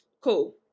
cool